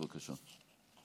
בבקשה.